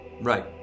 right